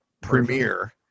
premiere